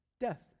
death